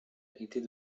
était